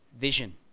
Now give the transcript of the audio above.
vision